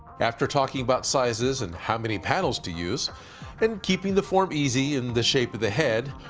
after talking about sizes and how many panels to use and keeping the form easy in the shape of the head,